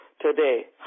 today